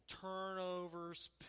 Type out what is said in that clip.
turnovers